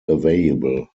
available